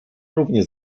równie